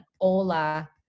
Ola